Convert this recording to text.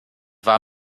war